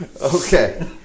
Okay